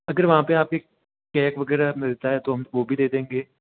अगर वहाँ पे आपके कैक वगैरह मिलता है तो हम वो भी ले देंगे